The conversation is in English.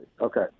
Okay